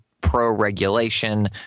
pro-regulation